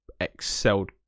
excelled